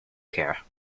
care